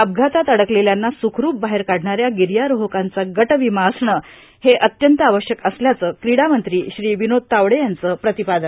अपघातात अडकलेल्यांना सुखरूप बाहेर काढणाऱ्या गिर्यारोहकांचा गट विमा असणं हे अत्यंत आवश्यक असल्याचं क्रीडा मंत्री श्री विनोद तावडे यांचं प्रतिपादन